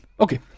Okay